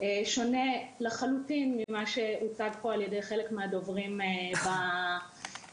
שונה לחלוטין ממה שהוצג פה על ידי חלק מהדוברים בדיון,